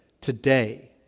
today